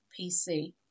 PC